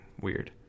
weird